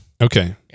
Okay